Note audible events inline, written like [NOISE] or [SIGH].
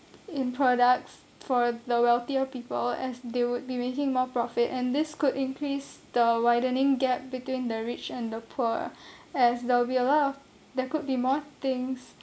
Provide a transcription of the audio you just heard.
in products for the wealthier people as they would be making more profit and this could increase the widening gap between the rich and the poor [BREATH] as there'll be a lot of there could be more things